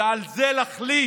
ובגלל זה להחליט